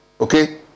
Okay